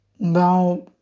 Now